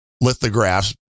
lithographs